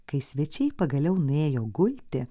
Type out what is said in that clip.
kai svečiai pagaliau nuėjo gulti